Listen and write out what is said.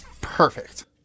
Perfect